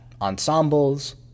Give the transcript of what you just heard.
ensembles